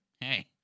hey